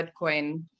Bitcoin